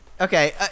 Okay